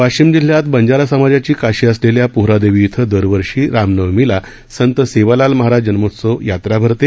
वाशिम जिल्ह्यात बंजारा समाजाची काशी असलेल्या पोहरादेवी इथं दरवर्षी राम नवमीला संत सेवालाल महाराज जन्मोत्सव यात्रा भरते